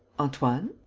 antoine?